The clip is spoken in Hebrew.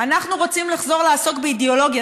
אנחנו רוצים לחזור לעסוק באידיאולוגיה?